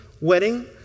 wedding